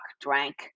drank